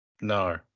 No